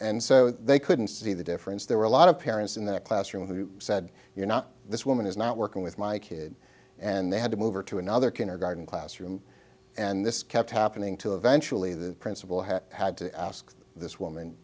and so they couldn't see the difference there were a lot of parents in the classroom who said you know this woman is not working with my kid and they had to move her to another kindergarten classroom and this kept happening to eventually the principal had had to ask this woman